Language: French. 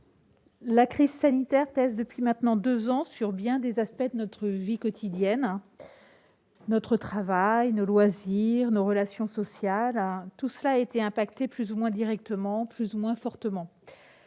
la crise sanitaire pèse depuis maintenant deux ans sur bien des aspects de notre vie quotidienne. Notre travail, nos loisirs, nos relations sociales ont été impactés plus ou moins directement, plus ou moins fortement.